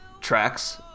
tracks